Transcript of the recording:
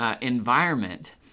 environment